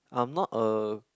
I'm not a